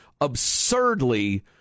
absurdly